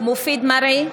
מופיד מרעי,